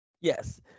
Yes